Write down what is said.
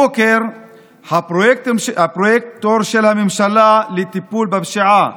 הבוקר הפרויקטור של הממשלה לטיפול בפשיעה,